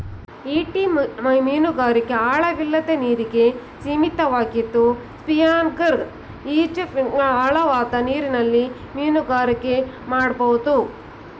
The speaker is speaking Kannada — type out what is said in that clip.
ಈಟಿ ಮೀನುಗಾರಿಕೆ ಆಳವಿಲ್ಲದ ನೀರಿಗೆ ಸೀಮಿತವಾಗಿದ್ದು ಸ್ಪಿಯರ್ಗನ್ ಈಜುಫಿನ್ಗಳು ಆಳವಾದ ನೀರಲ್ಲಿ ಮೀನುಗಾರಿಕೆ ಮಾಡ್ಬೋದು